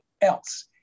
else